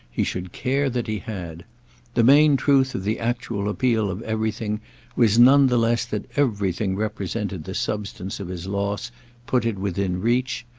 he should care that he had the main truth of the actual appeal of everything was none the less that everything represented the substance of his loss put it within reach,